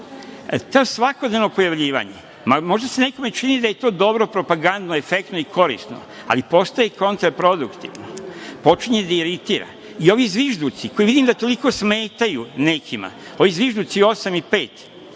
svakodnevno pojavljivanja, može se nekom čini da je to dobro, propagandno, efektno i korisno, ali postoje kontraproduktivno. Počinje da iritira i ovi zvižduci koje vidim da toliko smetaju nekima, ovi zvižduci u